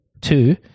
two